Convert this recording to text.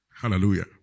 Hallelujah